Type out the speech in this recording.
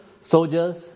soldiers